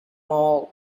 all